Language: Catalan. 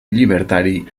llibertari